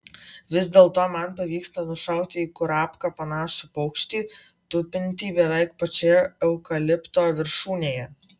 vis dėlto man pavyksta nušauti į kurapką panašų paukštį tupintį beveik pačioje eukalipto viršūnėje